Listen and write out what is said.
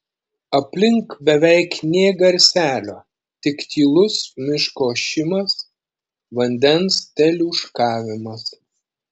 aplink beveik nė garselio tik tylus miško ošimas vandens teliūškavimas